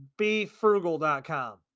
BeFrugal.com